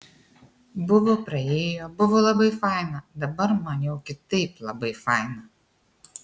buvo praėjo buvo labai faina dabar man jau kitaip labai faina